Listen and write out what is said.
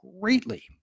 greatly